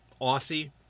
Aussie